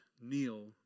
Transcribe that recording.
kneel